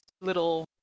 little